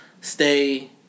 stay